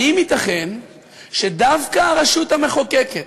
האם ייתכן שדווקא הרשות המחוקקת,